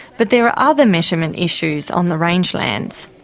but there are other measurement issues on the rangelands.